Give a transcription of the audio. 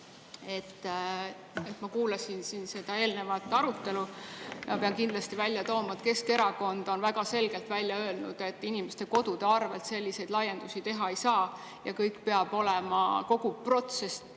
Ma kuulasin seda eelnevat arutelu ja ma pean kindlasti välja tooma, et Keskerakond on väga selgelt välja öelnud, et inimeste kodude arvelt selliseid laiendusi teha ei saa. Kogu protsess